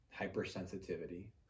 hypersensitivity